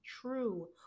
true